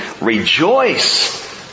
Rejoice